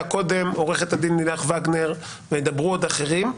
קודם עו"ד לילך וגנר וידברו עוד אחרים,